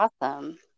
awesome